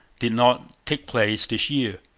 did not take place this year.